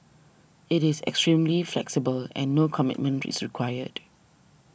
it is extremely flexible and no commitment is required